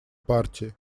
партии